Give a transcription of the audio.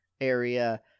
area